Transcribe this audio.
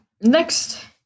next